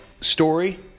story